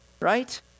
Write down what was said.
right